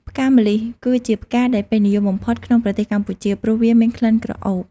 ផ្កាម្លិះ គឺជាផ្កាដែលពេញនិយមបំផុតក្នុងប្រទេសកម្ពុជា ព្រោះវាមានក្លិនក្រអូប។